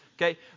Okay